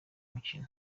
mukino